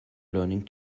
learning